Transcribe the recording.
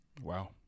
Wow